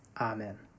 Amen